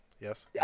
Yes